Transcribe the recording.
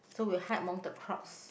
so we'll hide among the crowds